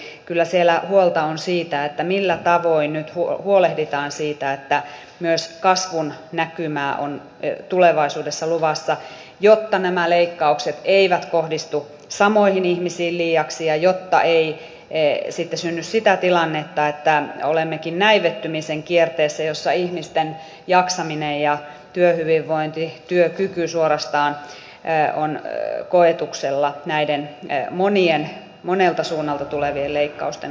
eli kyllä siellä huolta on siitä millä tavoin nyt huolehditaan siitä että myös kasvun näkymää on tulevaisuudessa luvassa jotta nämä leikkaukset eivät kohdistu samoihin ihmisiin liiaksi ja jotta ei sitten synny sitä tilannetta että olemmekin näivettymisen kierteessä jossa ihmisten jaksaminen ja työhyvinvointi suorastaan työkyky ovat koetuksella näiden monien monelta suunnalta tulevien leikkausten osalta